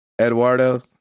Eduardo